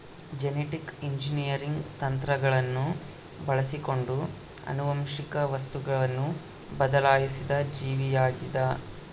genetic engineering ತಂತ್ರಗಳನ್ನು ಬಳಸಿಕೊಂಡು ಆನುವಂಶಿಕ ವಸ್ತುವನ್ನು ಬದಲಾಯಿಸಿದ ಜೀವಿಯಾಗಿದ